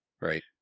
Right